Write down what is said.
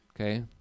Okay